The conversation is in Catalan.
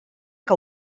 que